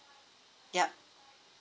yup